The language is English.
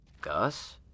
Gus